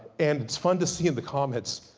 and it's fun to see in the comments,